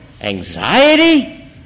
Anxiety